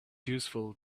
useful